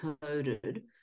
coded